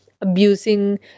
abusing